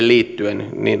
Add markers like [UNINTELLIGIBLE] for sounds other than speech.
[UNINTELLIGIBLE] liittyen